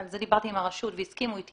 שעל זה דיברתי עם הרשות והם הסכימו איתי,